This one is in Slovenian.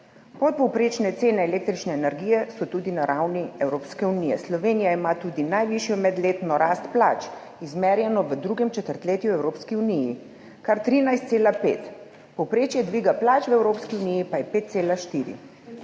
podpovprečne tudi cene električne energije. Slovenija ima tudi najvišjo medletno rast plač, izmerjeno v drugem četrtletju v Evropski uniji, kar 13,5, povprečje dviga plač v Evropski uniji pa je 5,4.